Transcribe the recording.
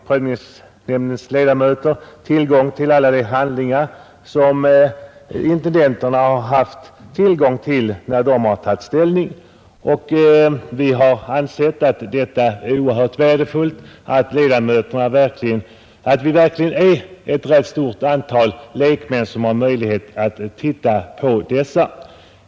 Prövningsnämndens ledamöter har tillgång till alla de handlingar som taxeringsintendenterna haft tillgång till när de tagit ställning, och vi har ansett att det är oerhört värdefullt att vi verkligen är ett rätt stort antal lekmän som har möjlighet att ta del av samtliga handlingar.